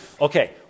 Okay